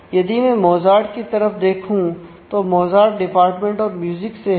यदि मैं मोजार्ट के लिए यह 0 है